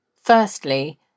Firstly